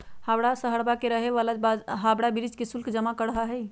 हवाड़ा शहरवा के रहे वाला हावड़ा ब्रिज के शुल्क जमा करा हई